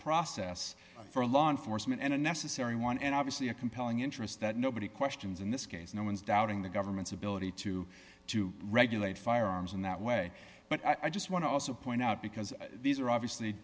process for law enforcement and a necessary one and obviously a compelling interest that nobody questions in this case no one's doubting the government's ability to to regulate firearms in that way but i just want to also point out because these are obviously